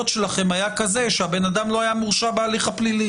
הוא כזה שהבן אדם לא היה מורשע בהליך הפלילי.